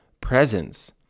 presence